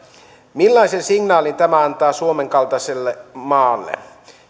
millaisen signaalin tämä antaa suomen kaltaiselle maalle